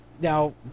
now